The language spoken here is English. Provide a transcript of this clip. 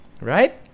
right